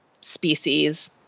species